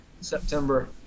September